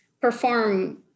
perform